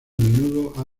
menudo